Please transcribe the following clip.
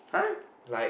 !huh!